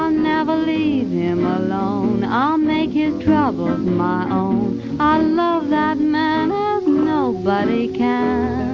um never leave him alone, i'll make his troubles my own i love that man nobody can